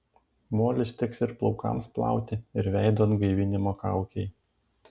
molis tiks ir plaukams plauti ir veido atgaivinimo kaukei